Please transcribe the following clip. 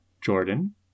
Jordan